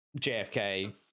jfk